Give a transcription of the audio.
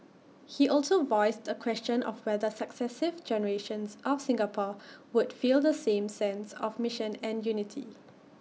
he also voiced the question of whether successive generations of Singapore would feel the same sense of mission and unity